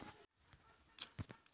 रवि फसल आर खरीफ फसल की फसल होय?